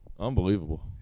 Unbelievable